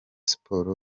sports